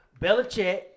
Belichick